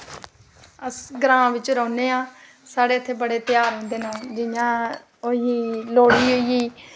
अस ग्रांऽ बिच्च रौह्ने आं साढ़े इत्थे बड़े ध्याहर होंदे नै जियां होई गेई लोह्ड़ी होई गेई